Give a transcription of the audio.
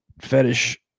fetish